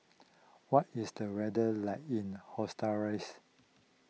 what is the weather like in